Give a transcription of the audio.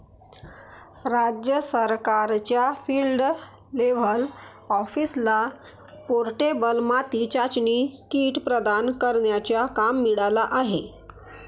राज्य सरकारच्या field level ऑफिसरला पोर्टेबल माती चाचणी किट प्रदान करण्याचा काम मिळाला आहे